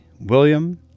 William